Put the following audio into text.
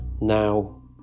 Now